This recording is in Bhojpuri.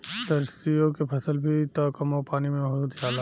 सरिसो के फसल भी त कमो पानी में हो जाला